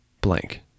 blank